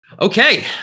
Okay